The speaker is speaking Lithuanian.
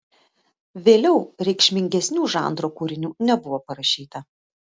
vėliau reikšmingesnių žanro kūrinių nebuvo parašyta